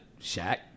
Shaq